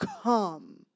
come